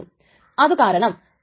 റൈറ്റിന് അനുവാദം കൊടുക്കും